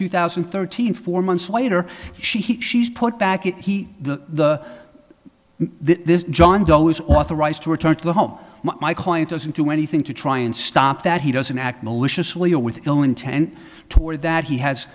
two thousand and thirteen four months later she he she's put back in he the this john doe is authorized to return to the home my client doesn't do anything to try and stop that he doesn't act maliciously or with ill intent toward that he has